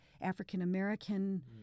African-American